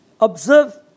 Observe